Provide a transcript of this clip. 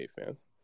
fans